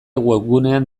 webgunean